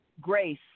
Grace